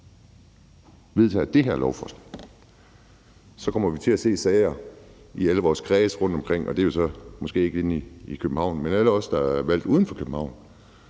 vedtager det her lovforslag, kommer vi til at se sager i alle vores kredse rundtomkring. Det gælder måske ikke dem, der er valgt inde i København, men alle os, der er valgt uden for København,